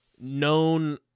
known